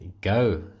go